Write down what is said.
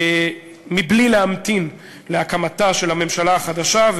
מבלי להמתין להקמתה של הממשלה החדשה,